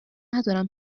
ندارم